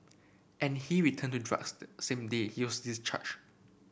and he returned to drugs the same day he was discharged